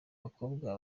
bakobwa